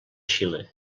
xile